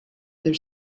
their